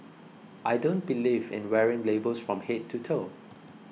I don't believe in wearing labels from head to toe